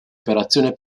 operazione